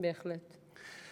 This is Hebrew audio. בהחלט.